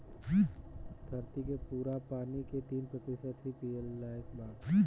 धरती के पूरा पानी के तीन प्रतिशत ही पिए लायक बा